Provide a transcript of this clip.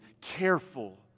careful